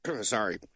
sorry